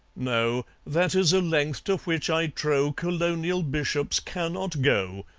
no that is a length to which, i trow, colonial bishops cannot go.